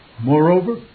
Moreover